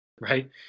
right